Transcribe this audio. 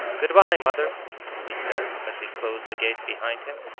good-bye, mother he said as he closed the gate behind him.